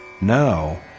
now